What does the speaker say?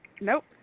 Nope